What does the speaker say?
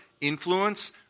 influence